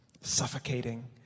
suffocating